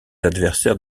adversaires